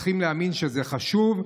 צריכים להאמין שזה חשוב,